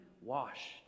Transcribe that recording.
washed